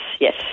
yes